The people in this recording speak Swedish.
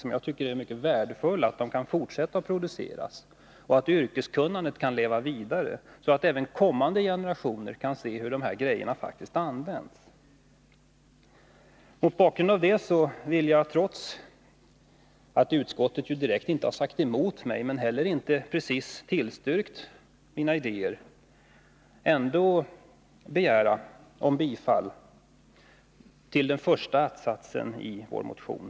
Jag tycker att det är mycket värdefullt om dessa alster kan fortsätta att produceras och att yrkeskunnandet kan leva vidare, så att även kommande generationer kan se hur de här grejorna faktiskt används. Mot bakgrund av detta vill jag, med hänvisning till att utskottet inte direkt sagt emot mig men heller inte precis tillstyrkt mina idéer, ändå yrka bifall till den första att-satsen i vår motion.